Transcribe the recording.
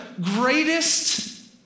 greatest